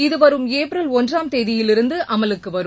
இது வரும் ஏப்ரல் ஒன்றாம் தேதியிலிருந்து அமலுக்கு வரும்